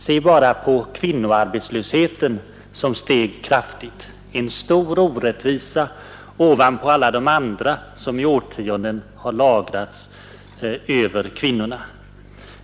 Se bara på kvinnoarbetslösheten som steg kraftigt, en stor orättvisa ovanpå alla de andra som i årtionden lagrats över kvinnorna.